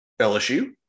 LSU